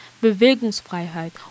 Bewegungsfreiheit